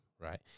right